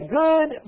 good